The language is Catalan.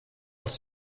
els